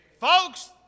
Folks